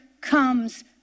comes